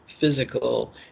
physical